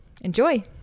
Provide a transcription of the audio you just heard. Enjoy